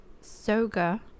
Soga